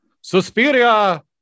Suspiria